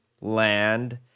land